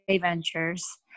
Ventures